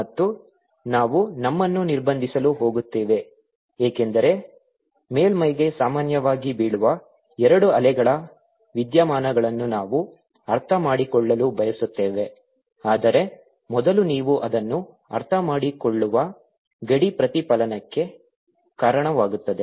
ಮತ್ತು ನಾವು ನಮ್ಮನ್ನು ನಿರ್ಬಂಧಿಸಲು ಹೋಗುತ್ತೇವೆ ಏಕೆಂದರೆ ಮೇಲ್ಮೈಗೆ ಸಾಮಾನ್ಯವಾಗಿ ಬೀಳುವ ಎರಡು ಅಲೆಗಳ ವಿದ್ಯಮಾನಗಳನ್ನು ನಾವು ಅರ್ಥಮಾಡಿಕೊಳ್ಳಲು ಬಯಸುತ್ತೇವೆ ಆದರೆ ಮೊದಲು ನೀವು ಅದನ್ನು ಅರ್ಥಮಾಡಿಕೊಳ್ಳುವ ಗಡಿ ಪ್ರತಿಫಲನಕ್ಕೆ ಕಾರಣವಾಗುತ್ತದೆ